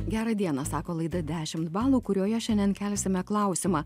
gerą dieną sako laida dešimt balų kurioje šiandien kelsime klausimą